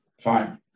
fine